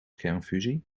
kernfusie